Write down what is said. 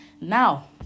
Now